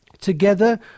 Together